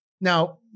Now